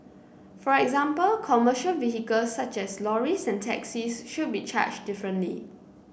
for example commercial vehicles such as lorries and taxis should be charged differently